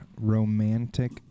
romantic